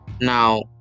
now